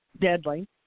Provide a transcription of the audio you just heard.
deadly